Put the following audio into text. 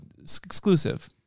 exclusive –